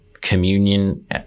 communion